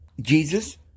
Jesus